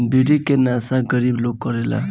बीड़ी के नशा गरीब लोग करेला